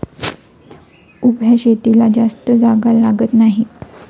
उभ्या शेतीला जास्त जागा लागत नाही